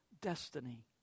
destiny